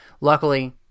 luckily